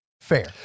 fair